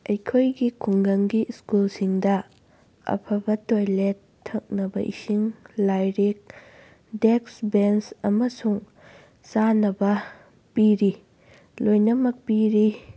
ꯑꯩꯈꯣꯏꯒꯤ ꯈꯨꯡꯒꯪꯒꯤ ꯁ꯭ꯀꯨꯜꯁꯤꯡꯗ ꯑꯐꯕ ꯇꯣꯏꯂꯦꯠ ꯊꯛꯅꯕ ꯏꯁꯤꯡ ꯂꯥꯏꯔꯤꯛ ꯗꯦꯛꯁ ꯕꯦꯟꯁ ꯑꯃꯁꯨꯡ ꯆꯥꯅꯕ ꯄꯤꯔꯤ ꯂꯣꯏꯅꯃꯛ ꯄꯤꯔꯤ